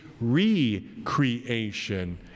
re-creation